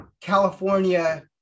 California